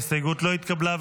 ההסתייגות לא התקבלה.